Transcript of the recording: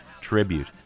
Tribute